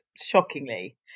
Shockingly